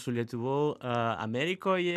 su lietuva amerikoje